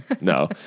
No